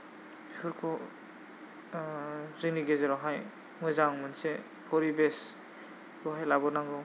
बेफोरखौ जोंनि गेजेरावहाय मोजां मोनसे परिबेसखौहाय लाबोनांगौ